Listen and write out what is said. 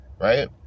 right